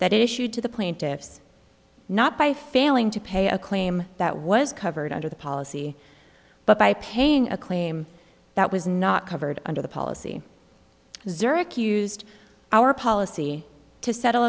it issued to the plaintiffs not by failing to pay a claim that was covered under the policy but by paying a claim that was not covered under the policy zurich used our policy to settle